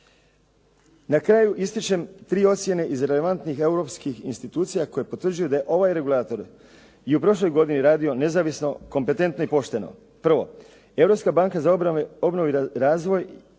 Na kraju ističem tri ocjene iz relevantnih europskih institucija koje potvrđuju da je ovaj regulator i u prošloj godini radio nezavisno, kompetentno i pošteno. Prvo, Europska banka za obnovu i razvoj